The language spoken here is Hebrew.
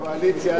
עם הקואליציה הזאת.